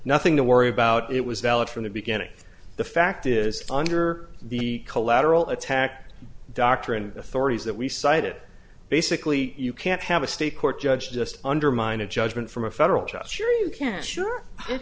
nothing to worry about it was valid from the beginning the fact is under the collateral attack doctrine authorities that we cited basically you can't have a state court judge just undermine a judgment from a federal judge sure